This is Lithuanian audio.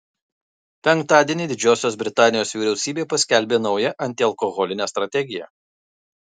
penktadienį didžiosios britanijos vyriausybė paskelbė naują antialkoholinę strategiją